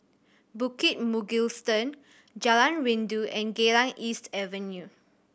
Bukit Mugliston Jalan Rindu and Geylang East Avenue